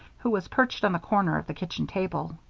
who was perched on the corner of the kitchen table.